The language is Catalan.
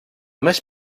més